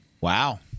Wow